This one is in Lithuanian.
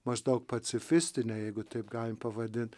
maždaug pacifistinę jeigu taip galim pavadint